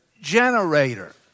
generator